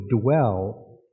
dwell